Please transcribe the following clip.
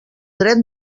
dret